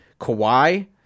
Kawhi